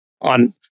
on